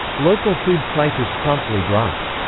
local food prices promptly dropped.